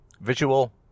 visual